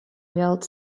built